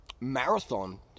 marathon